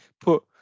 put